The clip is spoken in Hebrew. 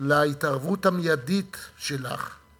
להתערבות המיידית שלך,